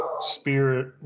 spirit